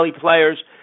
players